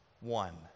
one